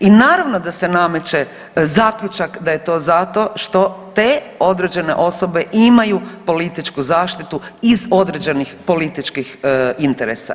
I naravno da se nameće zaključak da je to zato što te određene osobe imaju političku zaštitu iz određenih političkih interesa.